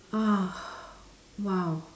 ah !wow!